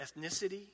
ethnicity